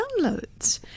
downloads